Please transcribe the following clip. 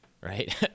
right